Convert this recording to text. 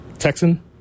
Texan